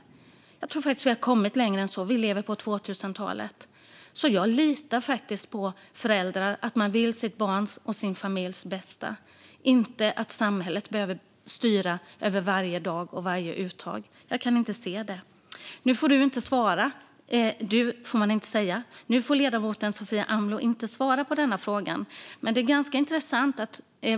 Jag tror att vi har kommit längre än så - vi lever på 2000-talet. Jag litar på att föräldrar vill sitt barns och sin familjs bästa så att samhället inte behöver styra över varje dag och varje uttag. Jag kan inte se det behovet. Nu får ledamoten Sofia Amloh inte svara på denna fråga, men den är ganska intressant.